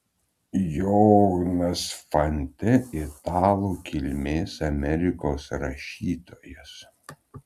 johnas fante italų kilmės amerikos rašytojas